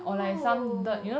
ew